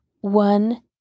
One